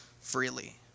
freely